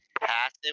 Passive